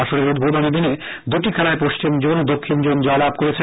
আসরের উদ্বোধনী দিনে দুটি খেলায় পশ্চিম জোন ও দক্ষিন জোন জয়লাভ করেছে